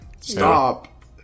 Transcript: Stop